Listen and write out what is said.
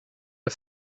der